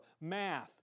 math